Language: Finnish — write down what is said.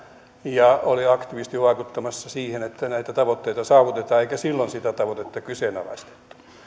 ja oli aktiivisesti vaikuttamassa siihen että näitä tavoitteita saavutetaan eikä silloin sitä tavoitetta kyseenalaistettu